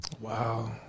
wow